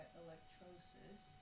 electrosis